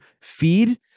feed